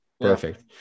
Perfect